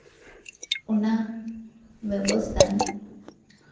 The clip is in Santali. ᱚᱱᱟ ᱵᱮᱵᱚᱥᱛᱷᱟᱧ